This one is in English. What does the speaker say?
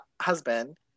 husband